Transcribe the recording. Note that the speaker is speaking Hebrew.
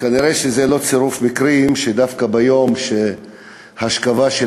וכנראה זה לא צירוף מקרים שדווקא ביום האשכבה של